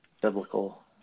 biblical